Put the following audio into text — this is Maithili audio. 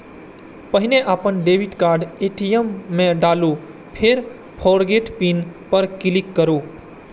पहिने अपन डेबिट कार्ड ए.टी.एम मे डालू, फेर फोरगेट पिन पर क्लिक करू